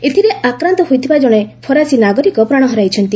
ଏଥିରେ ଆକ୍ରାନ୍ତ ଜଣେ ଫରାସୀ ନାଗରିକ ପ୍ରାଣ ହରାଇଛନ୍ତି